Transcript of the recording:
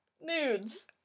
Nudes